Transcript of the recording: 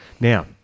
Now